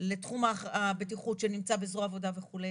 לתחום הבטיחות שנמצא בזרוע העבודה וכו'.